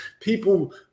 people